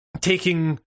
taking